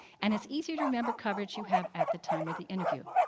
and it's easier to remember coverage you have at the time of the interview.